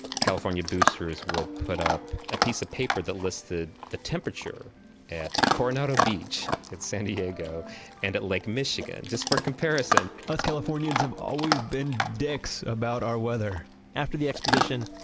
california boosters would put up a piece of paper that listed the temperature at coronado beach at san diego and at lake michigan just for comparison us californians have always been dicks about our weather after the exposition,